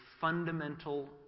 fundamental